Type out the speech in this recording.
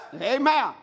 amen